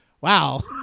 Wow